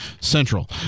Central